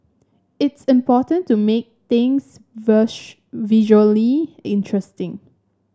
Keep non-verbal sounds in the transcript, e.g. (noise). it's important to make things (unintelligible) visually interesting